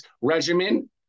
regimen